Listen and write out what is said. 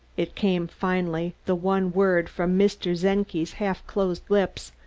it came finally, the one word, from mr. czenki's half-closed lips,